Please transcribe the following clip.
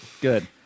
good